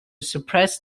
suppress